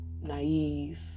Naive